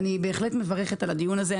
אני בהחלט מברכת על הדיון הזה.